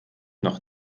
noch